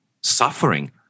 suffering